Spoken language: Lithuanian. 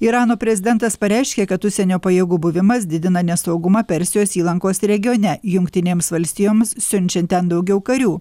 irano prezidentas pareiškė kad užsienio pajėgų buvimas didina nesaugumą persijos įlankos regione jungtinėms valstijoms siunčiant ten daugiau karių